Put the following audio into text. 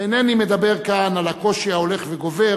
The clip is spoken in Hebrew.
ואינני מדבר כאן על הקושי ההולך וגובר